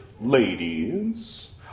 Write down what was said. ladies